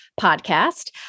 podcast